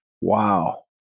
Wow